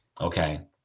Okay